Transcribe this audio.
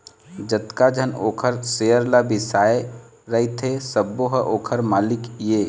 जतका झन ओखर सेयर ल बिसाए रहिथे सबो ह ओखर मालिक ये